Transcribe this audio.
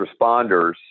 responders